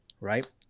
right